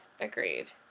agreed